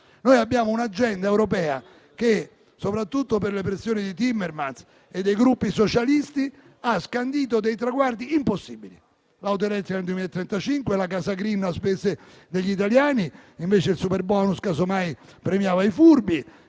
Noi abbiamo un'agenda europea che, soprattutto per le pressioni di Timmermans e dei Gruppi socialisti, ha scandito traguardi impossibili: l'auto elettrica nel 2035, la casa *green* a spese degli italiani (invece il superbonus, casomai, premiava i furbi).